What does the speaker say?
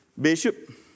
Bishop